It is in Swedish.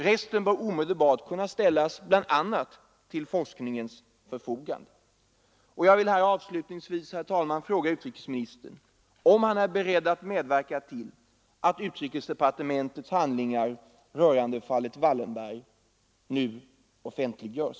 Resten bör omedelbart kunna ställas till bl.a. forskningens förfogande. Jag vill här avslutningsvis fråga utrikesministern, om han är beredd att medverka till att utrikesdepartementets handlingar rörande fallet Wallenberg nu offentliggörs.